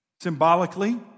symbolically